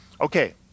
Okay